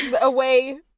away